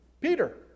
Peter